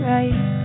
Right